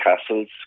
Castles